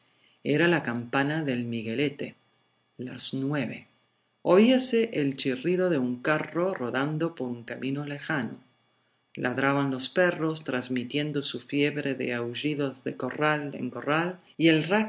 era la campana del miguelete las nueve oíase el chirrido de un carro rodando por un camino lejano ladraban los perros transmitiendo su fiebre de aullidos de corral en corral y el